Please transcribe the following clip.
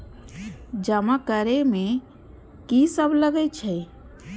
जमा करे में की सब लगे छै?